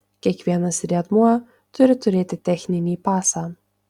kiekvienas riedmuo turi turėti techninį pasą